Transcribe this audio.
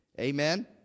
Amen